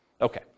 Okay